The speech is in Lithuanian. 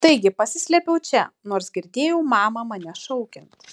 taigi pasislėpiau čia nors girdėjau mamą mane šaukiant